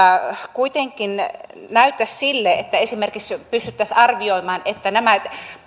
kuitenkin näyttäisi siltä että esimerkiksi pystyttäisiin arvioimaan että